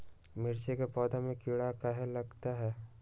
मिर्च के पौधा में किरा कहे लगतहै?